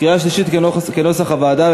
קריאה שלישית כנוסח הוועדה.